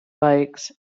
bikes